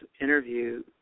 interview